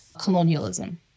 colonialism